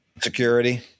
Security